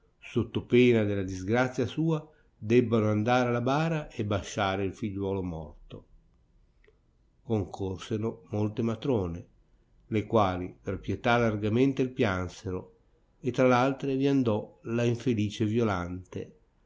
sotto pena della disgrazia sua debbano andar alla bara e basciare il figliuolo morto concorseno molte matrone le quali per pietà largamente il piansero e tra l'altre gli andò la infelice violante